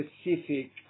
specific